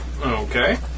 Okay